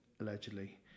allegedly